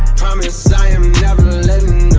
promise i am never lettin'